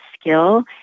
skill